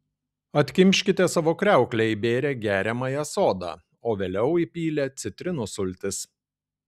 atkimškite savo kriauklę įbėrę geriamąją soda o vėliau įpylę citrinų sultis